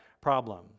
problem